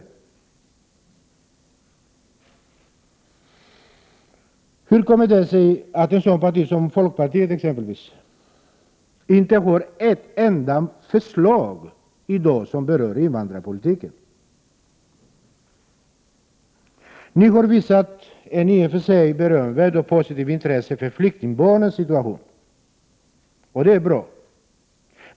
Hur kommer det sig att ett parti som folkpartiet inte har ett enda förslag i dag som berör invandrarpolitiken? Folkpartiet har i och för sig visat ett berömvärt och positivt intresse för flyktingbarnens situation, vilket är bra.